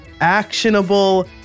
actionable